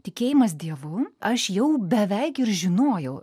tikėjimas dievu aš jau beveik ir žinojau